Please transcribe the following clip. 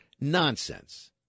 nonsense